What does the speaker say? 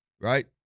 Right